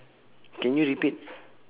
can you repeat